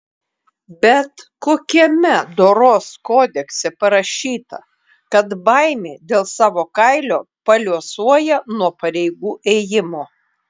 bet kokiame doros kodekse parašyta kad baimė dėl savo kailio paliuosuoja nuo pareigų ėjimo